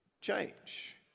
change